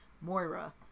moira